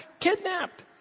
kidnapped